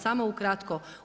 Samo ukratko.